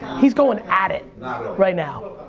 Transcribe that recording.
he's going at it right now.